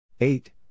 eight